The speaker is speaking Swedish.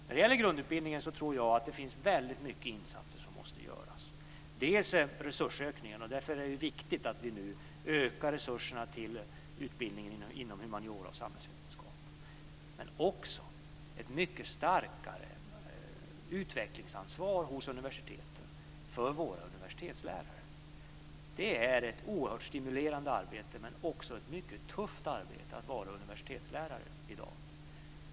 När det gäller grundutbildningen tror jag att väldigt många insatser måste göras. Bl.a. handlar det om resursökningar. Därför är det viktigt att vi nu ökar resurserna till utbildningen inom humaniora och samhällsvetenskap. Det handlar också om ett mycket starkare utvecklingsansvar hos universiteten för våra universitetslärare. Det är ett oerhört stimulerande arbete men också ett mycket tufft arbete att vara universitetslärare i dag.